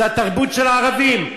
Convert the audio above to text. זו התרבות של הערבים.